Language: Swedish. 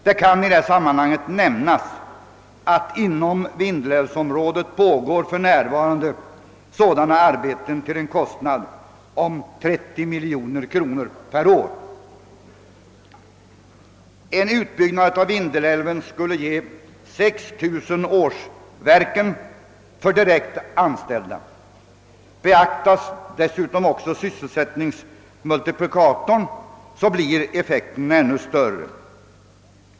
Det kan i detta sammanhang nämnas att inom vindelälvsområdet pågår för närvarande sådana arbeten till en kostnad av 30 miljoner kronor per år. En utbyggnad av Vindelälven skulle ge 6000 årsverken för direkt anställda. Beaktas dessutom också sysselsättningsmultiplikatorn blir effekten ännu större.